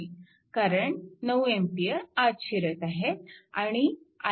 कारण 9A आत शिरत आहे